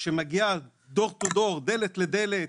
שמגיעה מדלת לדלת,